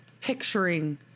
picturing